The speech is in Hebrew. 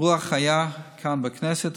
רוח חיה כאן בכנסת,